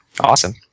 Awesome